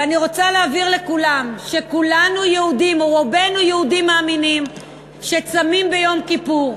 ואני רוצה להבהיר לכולם שרובנו יהודים מאמינים שצמים ביום כיפור.